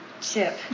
Chip